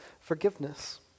forgiveness